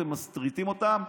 אתם מסריטים אותן,